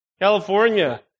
California